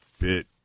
bit